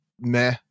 meh